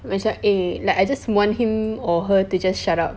macam eh like I just want him or her to just shut up